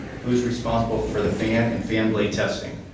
who is responsible for the fan and fan blade testing.